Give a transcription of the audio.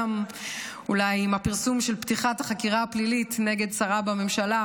אולי עם הפרסום של פתיחת החקירה הפלילית נגד שרה בממשלה,